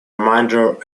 remainder